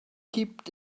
gibt